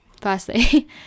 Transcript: firstly